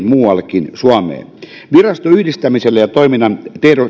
muuallekin suomeen viraston yhdistämisellä ja toiminnan